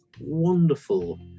wonderful